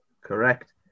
Correct